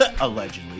Allegedly